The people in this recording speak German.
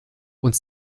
und